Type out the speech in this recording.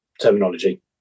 terminology